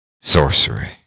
sorcery